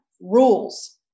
rules